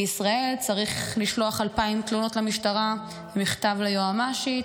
בישראל צריך לשלוח 2,000 תלונות למשטרה ומכתב ליועמ"שית,